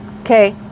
okay